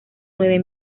nueve